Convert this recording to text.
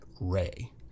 Ray